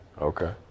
Okay